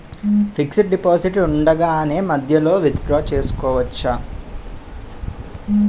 Fixed deposit ఉండగానే మధ్యలో withdraw చేసుకోవచ్చా?